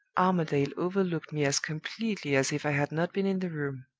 armadale overlooked me as completely as if i had not been in the room.